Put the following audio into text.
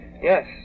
Yes